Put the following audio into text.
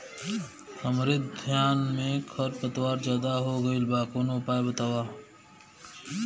हमरे धान में खर पतवार ज्यादे हो गइल बा कवनो उपाय बतावा?